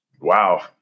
Wow